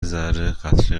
ذره٬قطره